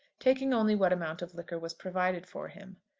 taking only what amount of liquor was provided for him.